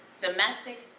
domestic